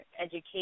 education